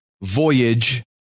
voyage